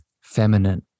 Feminine